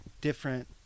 different